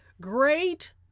Great